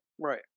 Right